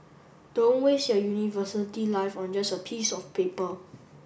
don't waste your university life on just a piece of paper